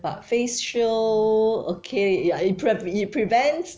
but face shield okay ya it prev~ it prevents